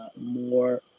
more